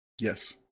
Yes